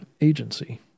agency